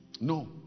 no